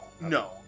no